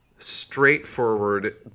straightforward